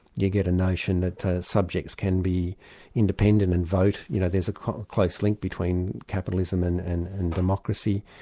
you get a notion that subjects can be independent and vote, you know there's a close link between capitalism and and and democracy.